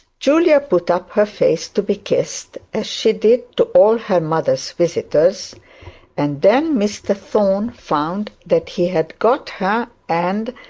julia put up her face to be kissed, as she did to all her mother's visitors and then mr thorne found that he had got her, and,